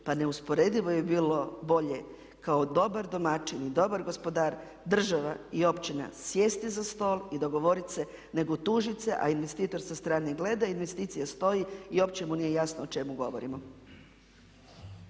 Pa neusporedivo je bilo bolje kao dobar domaćin i dobar gospodar država i općina sjesti za stol i dogovoriti se nego tužiti se, a investitor sa strane gleda, investicije stoje i uopće mu nije jasno o čemu govorimo.